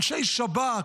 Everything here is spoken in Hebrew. אנשי שב"כ,